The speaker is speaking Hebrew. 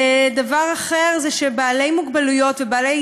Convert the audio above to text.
דבר אחר זה שאנשים עם מוגבלות ובעלי